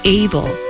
able